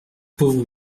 pauvre